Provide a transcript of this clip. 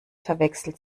verwechselt